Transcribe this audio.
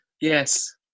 Yes